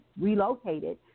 relocated